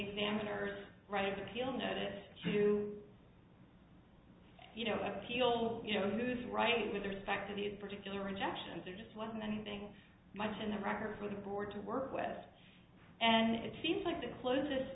examiners right of appeal to this to you know appeal you know who's right with respect to these particular injections there just wasn't anything much in the record for the board to work with and it seems like the closest